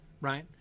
right